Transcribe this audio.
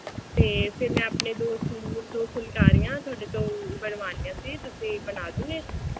ਅਤੇ ਫਿਰ ਮੈਂ ਆਪਣੇ ਦੋ ਸੂਟ ਦੋ ਫੁਲਕਾਰੀਆਂ ਤੁਹਾਡੇ ਤੋਂ ਬਣਵਾਣੀਆਂ ਸੀ ਤੁਸੀਂ ਬਣਾ ਦੇਵੋਗੇ